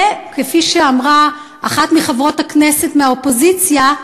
וכפי שאמרה אחת מחברות הכנסת מהאופוזיציה: